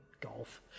Golf